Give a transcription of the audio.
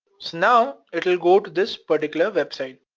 so now, it'll go to this particular website.